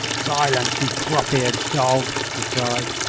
silence, you crop-eared dog! he cried.